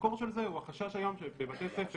המקור של זה הוא החשש היום שבבתי ספר,